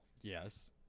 Yes